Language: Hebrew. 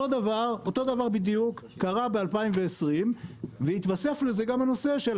אותו דבר בדיוק קרה ב-2020 והתווסף לזה גם הנושא של